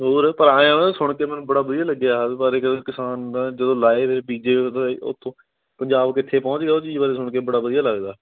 ਹੋਰ ਪਰ ਐਂ ਆ ਨਾ ਸੁਣ ਕੇ ਮੈਨੂੰ ਬੜਾ ਵਧੀਆ ਲੱਗਿਆ ਇਹਦੇ ਬਾਰੇ ਕਹਿੰਦੇ ਕਿਸਾਨ ਦਾ ਜਦੋਂ ਲਾਏ ਫਿਰ ਬੀਜੇ ਵੀ ਮਤਲਬ ਉੱਥੋਂ ਪੰਜਾਬ ਕਿੱਥੇ ਪਹੁੰਚ ਗਿਆ ਉਹ ਚੀਜ਼ ਬਾਰੇ ਸੁਣ ਕੇ ਬੜਾ ਵਧੀਆ ਲੱਗਦਾ